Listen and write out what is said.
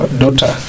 daughter